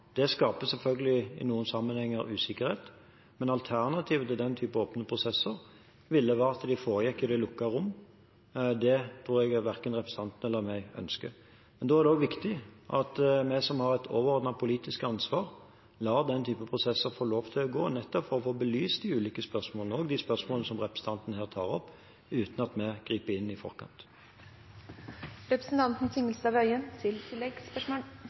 Det skaper selvfølgelig usikkerhet i noen sammenhenger, men alternativet til den type åpne prosesser ville være at det foregikk i lukkede rom. Det tror jeg verken representanten eller jeg ønsker. Det er da viktig at vi som har et overordnet politisk ansvar, lar den typen prosesser få lov til å gå, nettopp for å få belyst de ulike spørsmålene, også spørsmålene representanten her tar opp, uten at vi griper inn i